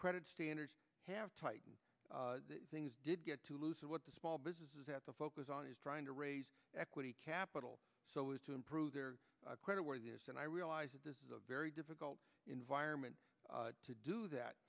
credit standards have tightened things did get too loose of what the small businesses have to focus on is trying to raise equity capital so as to improve their credit worthiness and i realize that this is a very difficult environment to do that